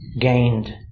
gained